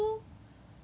where you tell me where